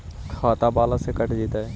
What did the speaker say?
खाता बाला से कट जयतैय?